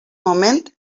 moment